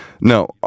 No